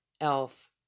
elf